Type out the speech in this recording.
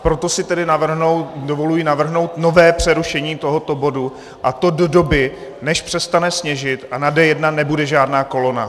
Proto si tedy dovoluji navrhnout nové přerušení tohoto bodu, a to do doby, než přestane sněžit a na D1 nebude žádná kolona.